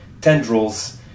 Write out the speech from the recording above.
tendrils